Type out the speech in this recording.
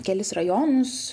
kelis rajonus